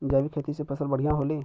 जैविक खेती से फसल बढ़िया होले